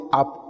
up